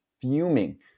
fuming